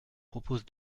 propose